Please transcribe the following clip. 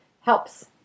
helps